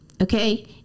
Okay